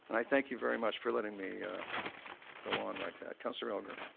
and i thank you very much for letting me go on like that. councillor elgar.